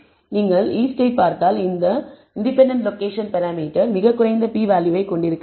நீங்கள் ஈஸ்ட்டை பார்த்தால் இந்த இண்டிபெண்டன்ட் லொகேஷன் பராமீட்டர் மிகக் குறைந்த p வேல்யூவை கொண்டிருக்கவில்லை